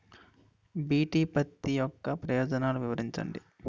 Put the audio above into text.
BT పత్తి యొక్క ప్రయోజనాలను వివరించండి?